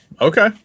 Okay